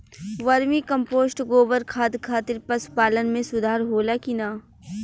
Vermi compost गोबर खाद खातिर पशु पालन में सुधार होला कि न?